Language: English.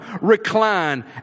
recline